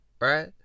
right